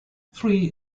three